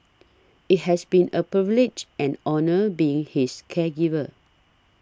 it has been a privilege and honour being his caregiver